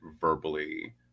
verbally